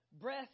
breath